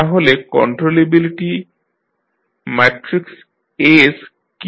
তাহলে controllability matrix S কী